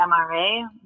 MRA